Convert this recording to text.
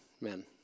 men